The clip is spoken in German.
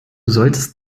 solltest